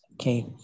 Okay